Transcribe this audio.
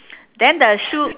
then the shoe